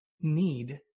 need